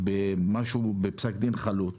משהו בפסק דין חלוט,